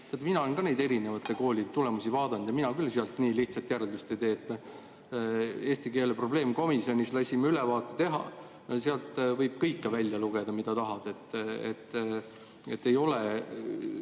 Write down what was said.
mina olen ka neid erinevate koolide tulemusi vaadanud, aga mina küll sealt nii lihtsalt järeldust ei tee. Eesti keele probleemkomisjonis me lasime ülevaate teha ja sealt võib välja lugeda, mida tahad. Ei ole